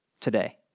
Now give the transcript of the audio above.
today